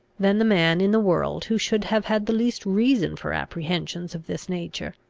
than the man in the world who should have had the least reason for apprehensions of this nature.